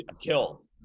killed